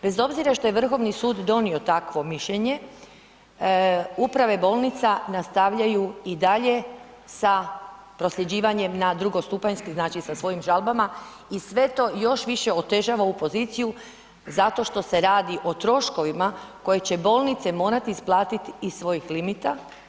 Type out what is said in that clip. Bez obzira što je Vrhovni sud donio takvo mišljenje, uprave bolnica nastavljaju i dalje sa prosljeđivanjem na drugostupanjski, znači sa svojim žalbama i sve to još više otežava obu poziciju zato što se radi o troškovima koje će bolnice morati isplatiti iz svojih limita.